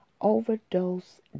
overdose